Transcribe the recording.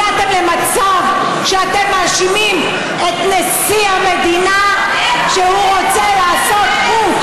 הגעתם למצב שאתם מאשימים את נשיא המדינה שהוא רצה לעשות פוטש.